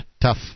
Tough